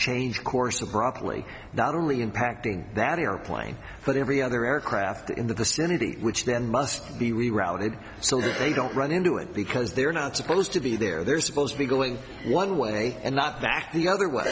change course abruptly not only impacting that airplane but every other aircraft in the vicinity which then must be rerouted so that they don't run into it because they're not supposed to be there they're supposed to be going one way and not that the other way